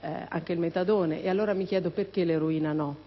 anche il metadone. E allora, mi chiedo: perché l'eroina no?